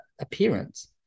Appearance